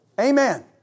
Amen